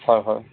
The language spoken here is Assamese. হয় হয়